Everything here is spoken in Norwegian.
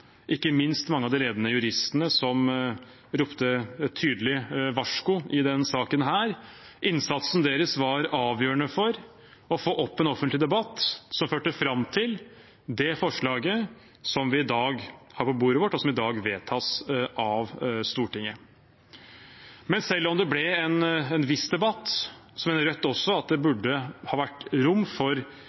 ikke minst mange av de ledende juristene som ropte tydelig varsku i denne saken. Innsatsen deres var avgjørende for å få opp en offentlig debatt som førte fram til det forslaget som vi i dag har på bordet, og som i dag vedtas av Stortinget. Men selv om det ble en viss debatt, mener Rødt at det burde ha vært rom for